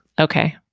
Okay